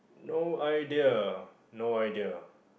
no idea no idea